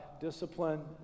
discipline